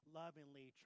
lovingly